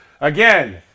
Again